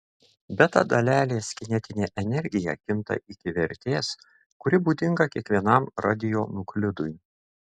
beta dalelės kinetinė energija kinta iki vertės kuri būdinga kiekvienam radionuklidui